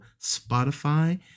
Spotify